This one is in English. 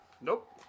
Nope